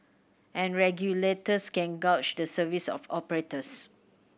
and regulators can gauge the service of operators